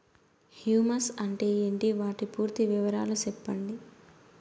Humus అంటే ఏంటి? వాటి పూర్తి వివరాలు సెప్పండి?